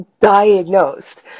diagnosed